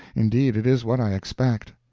indeed it is what i expect.